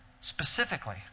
Specifically